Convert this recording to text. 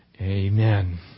Amen